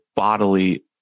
bodily